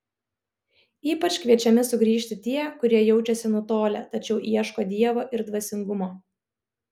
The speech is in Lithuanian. ypač kviečiami sugrįžti tie kurie jaučiasi nutolę tačiau ieško dievo ir dvasingumo